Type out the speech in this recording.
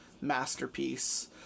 masterpiece